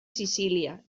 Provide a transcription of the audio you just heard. sicília